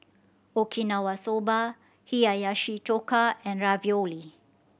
Okinawa Soba Hiyashi Chuka and Ravioli